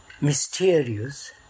mysterious